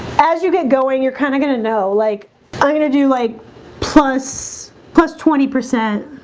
as you get going you're kind of gonna know like i'm gonna do like plus plus twenty percent